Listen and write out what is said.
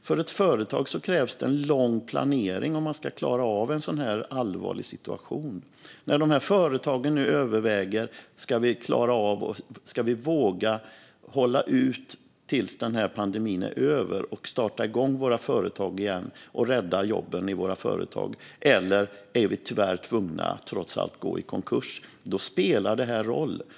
För ett företag krävs en lång planering om man ska klara av en så här allvarlig situation. När företagen nu överväger om de ska våga hålla ut tills pandemin är över, sätta igång företagen igen och rädda jobben eller trots allt tyvärr är tvungna att gå i konkurs spelar detta roll.